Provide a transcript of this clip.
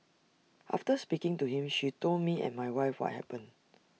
after speaking to him she told me and my wife what happened